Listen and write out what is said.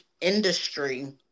industry